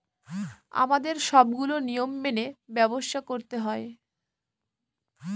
আমাদের সবগুলো নিয়ম মেনে ব্যবসা করতে হয়